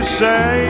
say